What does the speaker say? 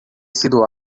sido